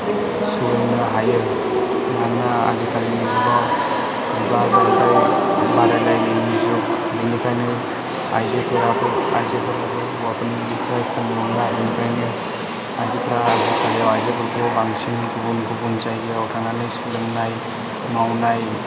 सोलोंनो हायो मानोना आजिकालिनि जुगाव जुगा जेरैबो बादायलायनायनि जुग बेनिखायनो आइजोफोराबो हौवाफोरनिफ्राय खम नंला बेनिखायनो आइजोफोरा आजिकालि आइजोफोरखौ बांसिन गुबुन गुबुन जायगायाव थानानै सोलोंनाय मावनाय